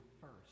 first